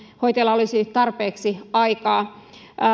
hoitajalla olisi tarpeeksi aikaa